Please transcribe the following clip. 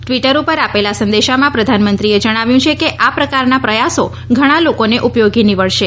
Twitter ઉપર આપેલા સંદેશામાં પ્રધાનમંત્રીએ જણાવ્યું છે કે આ પ્રકારના પ્રયાસો ઘણા લોકોને ઉપયોગી નિવડશે